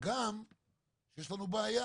וגם שיש לנו בעיה,